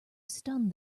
stunned